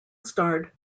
starred